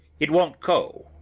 it won't go.